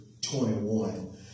21